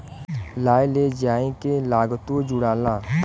लाए ले जाए के लागतो जुड़ाला